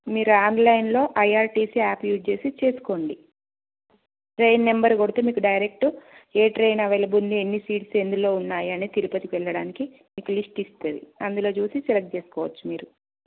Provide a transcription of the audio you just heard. మీరు ఆన్లైన్లో IRTC app use చేసి చేసుకోండి ట్రైన్ నెంబర్ కొడితే మీకు డైరెక్ట్ ఏ ట్రైన్ అవైలబుల్ ఉంది ఎన్ని సీట్స్ ఎందులో ఉన్నాయి అని తిరుపతికి వెళ్ళడానికి లిస్ట్ ఇస్తుంది అందులో చూసి సెలెక్ట్ చేసుకోవచ్చు మీరు